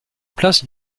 place